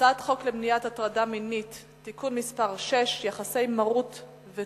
הצעת חוק למניעת הטרדה מינית (תיקון מס' 6) (יחסי מרות ותלות,